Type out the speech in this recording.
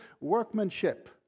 workmanship